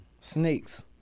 Snakes